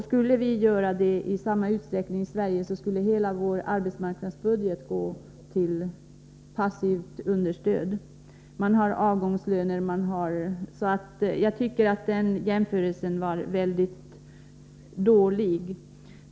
Skulle vi göra detta i samma utsträckning i Sverige, skulle hela vår arbetsmarknadsbudget gå åt till passivt understöd. I Danmark har man avgångslöner osv. Jämförelsen med Danmark tycker jag var mycket dålig.